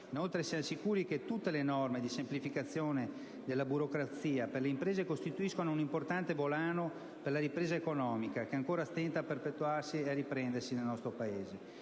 Inoltre, siamo sicuri che tutte le norme di semplificazione della burocrazia per le imprese costituiscono un importante volano per la ripresa economica che ancora stenta a perpetuarsi ed a riprendersi nel nostro Paese.